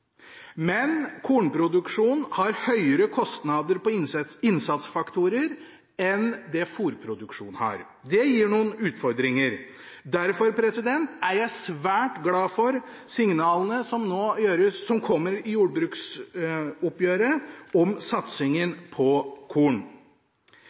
Men kornproduksjonen har høyere kostnader på innsatsfaktorer enn fôrproduksjonen har. Det gir noen utfordringer. Derfor er jeg svært glad for signalene som nå kommer i jordbruksoppgjøret, om satsingen